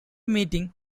meeting